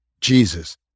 Jesus